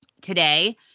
today